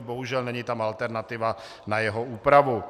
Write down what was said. Bohužel, není tam alternativa na jeho úpravu.